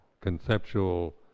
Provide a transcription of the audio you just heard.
conceptual